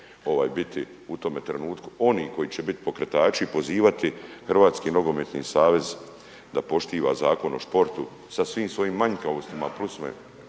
biti u tome trenutku oni koji će bit pokretači, pozivati Hrvatski nogometni savez da poštiva Zakon o športu sa svim svojim manjkavostima, plusevima